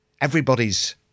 everybody's